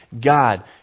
god